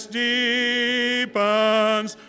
deepens